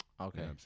Okay